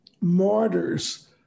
martyrs